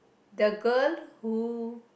the girl who